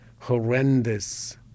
horrendous